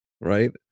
right